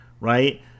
right